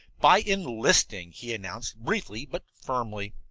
by enlisting, he announced, briefly but firmly.